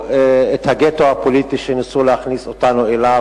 הגטו הפוליטי שניסו להכניס אותנו אליו,